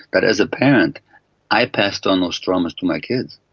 that as a parent i passed on those traumas to my kids.